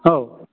औ